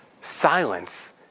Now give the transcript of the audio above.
Silence